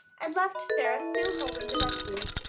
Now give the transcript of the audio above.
and left sara still holding the monkey.